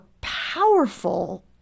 powerful